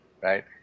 right